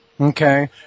Okay